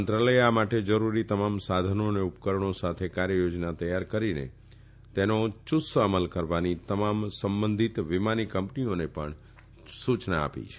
મંત્રાલયે આ માટે જરૂરી તમામ સાધનો અને ઉપકરણો સાથે કાર્ય યોજના તૈયાર કરીને તેનો યુશ્ત અમલ કરવાની તમામ સંબંધિત વિમાની કંપનીઓને પણ સુચના આપી છે